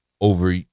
over